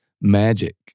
magic